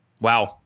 Wow